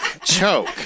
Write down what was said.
Choke